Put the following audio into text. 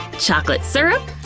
chocolate syrup?